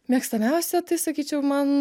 mėgstamiausia sakyčiau man